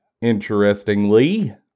interestingly